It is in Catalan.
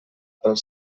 pel